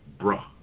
bruh